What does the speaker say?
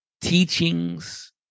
teachings